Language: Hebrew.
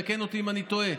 תתקן אותי אם אני טועה,